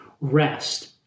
rest